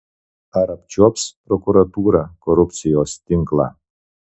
ar apčiuops prokuratūra korupcijos tinklą